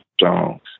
songs